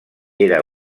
era